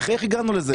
איך הגענו לזה?